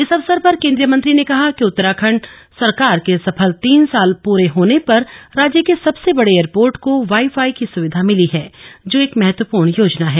इस अवसर पर केंद्रीय मन्त्री ने कहा की उत्तराखंड सरकार के सफल तीनसाल पूरे होने पर राज्य के सबसे बड़े एयरपोर्ट को वाई फाई की सुविधा मिली है जो एक महत्वपूर्ण योजना है